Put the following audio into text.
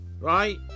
right